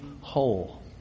whole